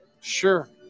Sure